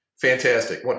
Fantastic